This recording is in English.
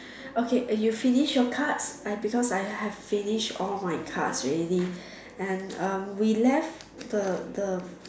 okay are you finish your card I because I have finish all my cards already and um we left the the